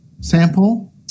sample